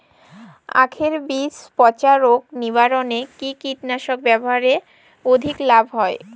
আঁখের বীজ পচা রোগ নিবারণে কি কীটনাশক ব্যবহারে অধিক লাভ হয়?